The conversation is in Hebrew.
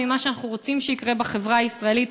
ממה שאנחנו רוצים שיקרה בחברה הישראלית.